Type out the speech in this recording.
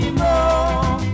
more